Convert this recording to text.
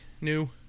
New